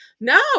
no